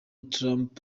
donald